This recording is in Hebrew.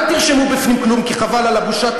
אל תרשמו בפנים כלום, כי חבל על הבושה.